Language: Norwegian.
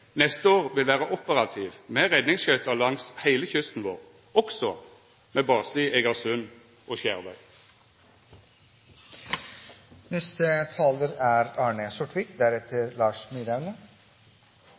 neste år vil vera operativ med redningsskøyter langs heile kysten vår, med base også i Egersund og